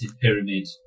pyramid